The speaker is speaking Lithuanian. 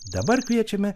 dabar kviečiame